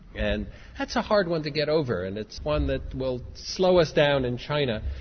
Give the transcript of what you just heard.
and that's a hard one to get over and it's one that will slow us down in china.